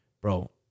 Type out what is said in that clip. Bro